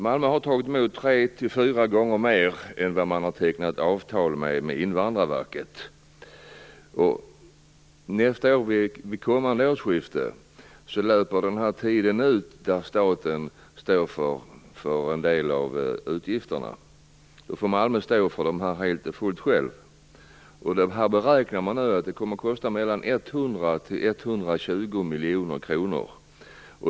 Malmö har tagit emot tre fyra gånger fler asylsökande än vad man har tecknat avtal om med Invandrarverket. Vid kommande årsskifte löper tiden ut för staten att stå för en del av utgifterna. Därefter får Malmö kommun själv stå för utgifterna helt och fullt. Man beräknar att det kommer att kosta 100-120 miljoner kronor.